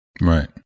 Right